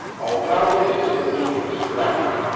although it's a reconstruction,